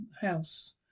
house